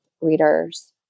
readers